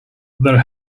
there